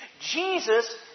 Jesus